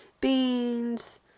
Beans